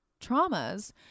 traumas